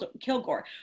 Kilgore